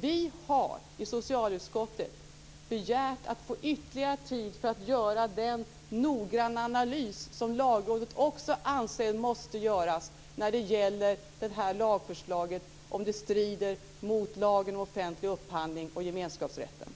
Vi har i socialutskottet begärt att få ytterligare tid för att göra den noggranna analys som Lagrådet också anser måste göras av om lagförslaget strider mot lagen om offentlig upphandling och gemenskapsrätten.